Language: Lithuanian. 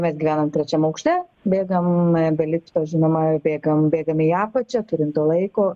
mes gyvenam trečiam aukšte bėgam be lifto žinoma bėgam bėgam į apačią turim to laiko